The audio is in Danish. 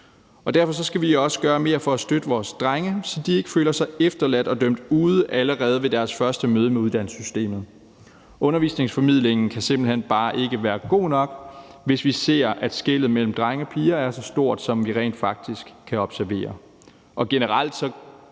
Derfor skal vi også gøre mere for at støtte vores drenge, så de ikke føler sig efterladt og dømt ude allerede ved deres første møde med uddannelsessystemet. Undervisningsformidlingen kan simpelt hen bare ikke være god nok, hvis vi ser, at skellet mellem drenge og piger er så stort, som vi rent faktisk kan observere.